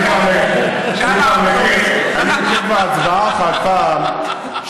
הייתי בהצבעה אחת פעם,